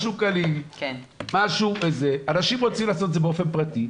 משהו כאן --- אנשים רוצים לעשות את זה באופן פרטי.